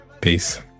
Peace